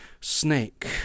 snake